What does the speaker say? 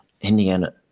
Indiana